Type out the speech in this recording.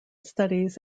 studies